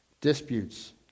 disputes